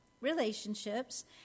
relationships